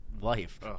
life